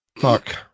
Fuck